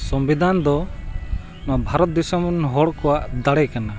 ᱥᱚᱝᱵᱤᱫᱷᱟᱱ ᱫᱚ ᱱᱚᱣᱟ ᱵᱷᱟᱨᱚᱛ ᱫᱤᱥᱚᱢ ᱨᱮᱱ ᱦᱚᱲ ᱠᱚᱣᱟᱜ ᱫᱟᱲᱮ ᱠᱟᱱᱟ